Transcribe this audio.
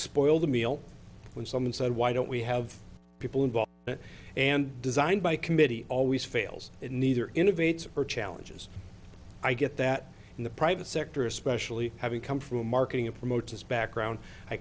spoil the meal when someone said why don't we have people involved and designed by committee always fails and neither innovates or challenges i get that in the private sector especially having come from a marketing approach as background i